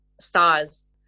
stars